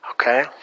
Okay